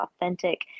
authentic